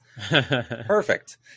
Perfect